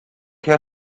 her